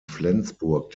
flensburg